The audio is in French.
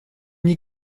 n’y